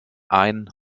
ein